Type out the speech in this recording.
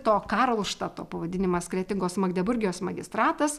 to karlštato pavadinimas kretingos magdeburgijos magistratas